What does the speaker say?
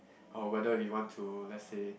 or whether you want to let's say